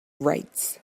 rights